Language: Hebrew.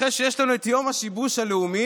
אחרי שיש לנו את יום השיבוש הלאומי,